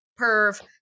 perv